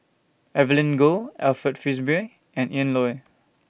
Evelyn Goh Alfred Frisby and Ian Loy